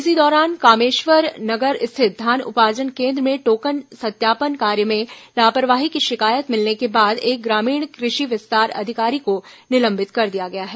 इसी दौरान कामेश्वर नगर स्थित धान उपार्जन केन्द्र में टोकन सत्यापन कार्य में लापरवाही की शिकायत मिलने के बाद एक ग्रामीण कृषि विस्तार अधिकारी को निलंबित कर दिया गया है